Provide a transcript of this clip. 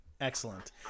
Excellent